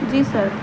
جی سر